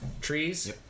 trees